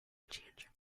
changing